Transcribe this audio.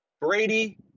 Brady